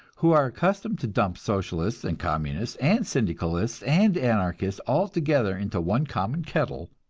who are accustomed to dump socialists and communists and syndicalists and anarchists all together into one common kettle,